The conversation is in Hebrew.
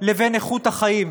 לבין איכות החיים.